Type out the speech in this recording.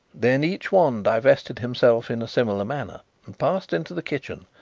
then each one divested himself in a similar manner and passed into the kitchen,